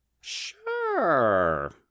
sure